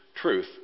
truth